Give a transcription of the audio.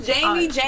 Jamie